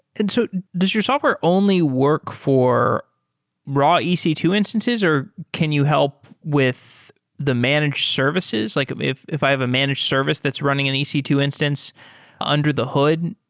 so does your software only work for raw e c two instances, or can you help with the managed services? like if if i have a managed service that's running an e c two instance under the hood,